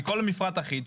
מכל מפרט אחיד,